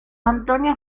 antonio